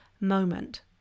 moment